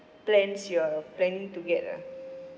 plans you're planning to get ah